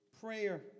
prayer